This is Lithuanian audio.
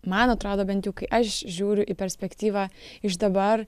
man atrodo bent jau kai aš žiūriu į perspektyvą iš dabar